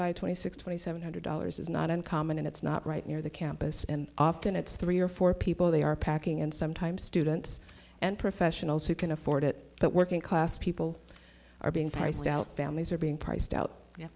five twenty six twenty seven hundred dollars is not uncommon and it's not right near the campus and often it's three or four people they are packing and sometimes students and professionals who can afford it but working class people are being priced out families are being priced out y